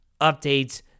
updates